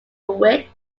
wits